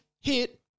hit